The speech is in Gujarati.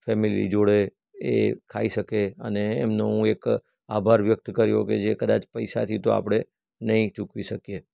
જે ફેમિલી જોડે એ ખાઈ શકે અને એમનો એક આભાર વ્યક્ત કર્યો કે જે કદાચ પૈસાથી આપણે નહીં ચૂકવી શકીએ